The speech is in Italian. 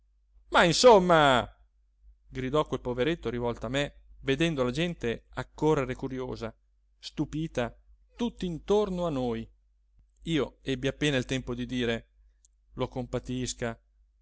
ma insomma gridò quel poveretto rivolto a me vedendo la gente accorrere curiosa stupita tutt'intorno a noi io ebbi appena il tempo di dire lo compatisca